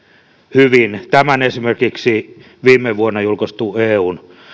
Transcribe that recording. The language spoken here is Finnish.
hyvin tämän esimerkiksi viime vuonna julkaistu eun